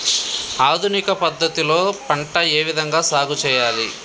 ఆధునిక పద్ధతి లో పంట ఏ విధంగా సాగు చేయాలి?